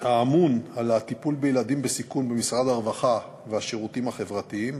האמון על הטיפול בילדים בסיכון במשרד הרווחה והשירותים החברתיים,